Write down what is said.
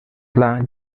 pla